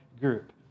group